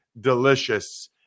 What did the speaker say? delicious